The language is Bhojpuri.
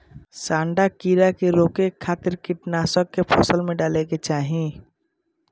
सांढा कीड़ा के रोके खातिर तरल कीटनाशक के फसल में डाले के चाही